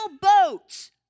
boats